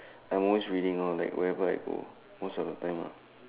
I'm always reading lor like wherever I go most of the time lah